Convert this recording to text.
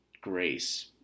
grace